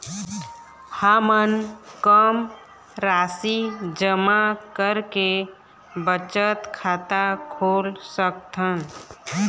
हमन कम राशि जमा करके बचत खाता खोल सकथन?